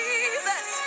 Jesus